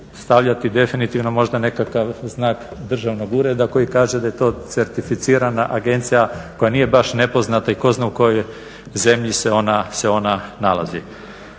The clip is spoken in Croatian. stavljati definitivno možda nekakav znak državnog ureda koji kaže da je to certificirana agencija koja nije baš nepoznata i tko zna u kojoj zemlji se ona nalazi.